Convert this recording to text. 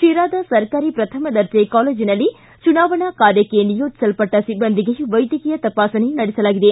ಶಿರಾದ ಸರ್ಕಾರಿ ಪ್ರಥಮ ದರ್ಜೆ ಕಾಲೇಜಿನಲ್ಲಿ ಚುನಾವಣಾ ಕಾರ್ಯಕ್ಕೆ ನಿಯೋಜಿಸಲ್ಪಟ್ಟ ಸಿಬ್ಬಂದಿಗೆ ವೈದ್ಯಕೀಯ ತಪಾಸಣೆ ನಡೆಸಲಾಗಿದೆ